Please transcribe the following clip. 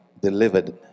delivered